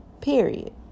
period